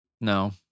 No